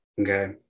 Okay